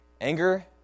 Anger